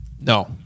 No